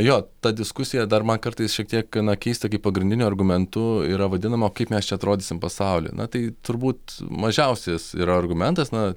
jo ta diskusija dar man kartais šiek tiek gana keista kai pagrindiniu argumentu yra vadinama kaip mes atrodysim pasauly na tai turbūt mažiausias yra argumentas na